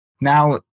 Now